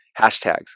Hashtags